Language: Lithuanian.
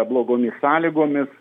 blogomis sąlygomis